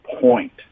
point